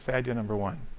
ah idea number one.